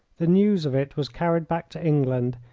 the news of it was carried back to england,